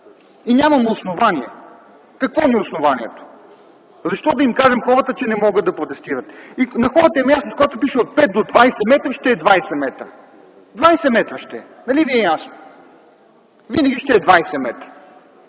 и нямаме основание. Какво ни е основанието? Защо да кажем на хората, че не могат да протестират? На хората им е ясно, че когато пише „от 5 до 20 метра”, ще е 20 метра. Двадесет метра ще е, нали ви е ясно. Винаги ще е 20 метра,